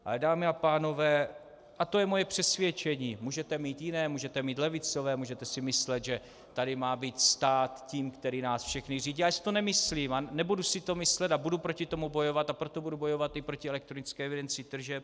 Ale dámy a pánové, a to je moje přesvědčení můžete mít jiné, můžete mít levicové, můžete si myslet, že tady má být stát tím, který nás všechny řídí, ale já si to nemyslím a nebudu si to myslet a budu proti tomu bojovat, a proto budu bojovat i proti elektronické evidenci tržeb.